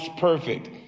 perfect